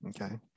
Okay